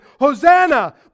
Hosanna